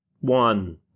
one